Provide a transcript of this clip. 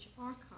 archive